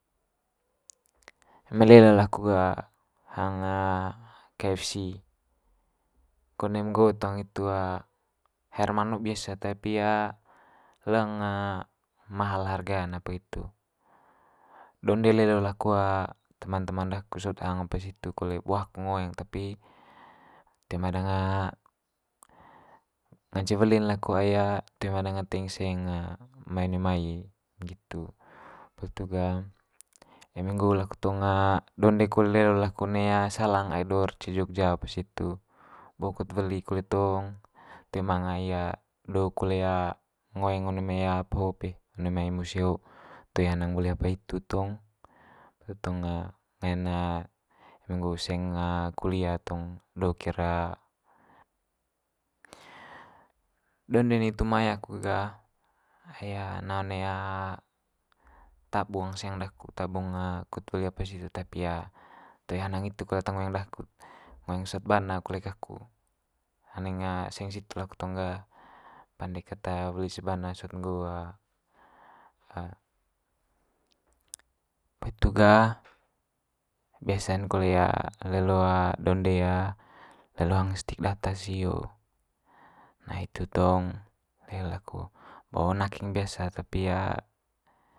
eme lelo laku hang kfc konem nggo tong hitu haer manuk biasa tapi leng mahal harga'n apa hitu. Donde lelo laku teman teman daku sot hang apa situ kole bo aku ngoeng tapi toe ma danga ngance weli'n laku ai toe ma danga teing seng mai one mai nggitu. Poli itu ga eme nggo laku tong donde kole laku lelo one salang ai do'r ce jogja apa situ, bo kut weli kole tong toe manga do kole ngoeng one mai apa ho pe, one mai mose ho. Toe hang weli apa hitu tong hitu tong ngain eme nggo seng kulia tong do ki'r. Donde nitu mai aku ga ai na one tabung seng daku tabung kut weli apa situ tapi toe hanang hitu kole ata ngoeng daku ngoeng sot bana kole gaku. Landing seng situ laku tong gah pande ket weli sebana sot nggo. Poli hitu gah biasa'n kole lelo donde lelo hang stik data sio. Nah hitu tong, lelo laku bo nakeng biasa tapi.